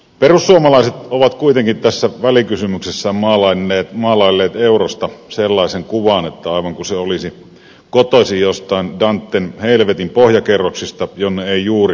perussuomalaiset ovat kuitenkin tässä välikysymyksessä maalailleet eurosta sellaisen kuvan että aivan kuin se olisi kotoisin jostain danten helvetin pohjakerroksista jonne eivät juuri auringonsäteet yllä